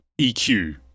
EQ